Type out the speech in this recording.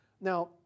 Now